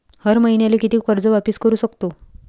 हर मईन्याले कितीक कर्ज वापिस करू सकतो?